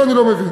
זה אני לא מבין.